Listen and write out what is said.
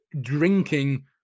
drinking